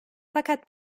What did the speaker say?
fakat